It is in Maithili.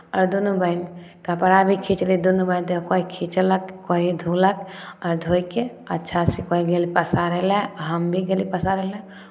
आओर दुनू बहीन कपड़ा भी खिंचली दुनू बहीन तऽ कोइ खीँचलक कोइ धोअलक आ धो कऽ अच्छासँ कोइ गेल पसारय लए हमहीँ गेलियै पसारय लए